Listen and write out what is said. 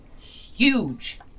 huge